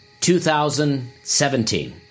2017